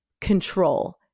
control